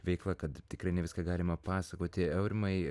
veikla kad tikrai ne viską galima pasakoti aurimai